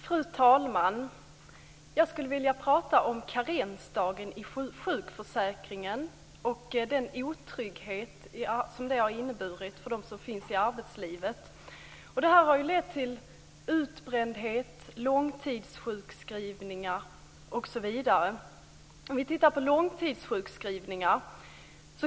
Fru talman! Jag skulle vilja prata om karensdagen i sjukförsäkringen och den otrygghet som det har inneburit för dem som finns i arbetslivet. Det har lett till utbrändhet, långtidssjukskrivningar osv. Låt oss titta på långtidssjukskrivningar.